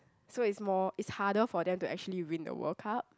so it's more it's harder for them to actually win the World-Cup